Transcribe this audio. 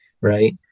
right